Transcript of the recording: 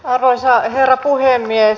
arvoisa herra puhemies